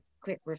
quick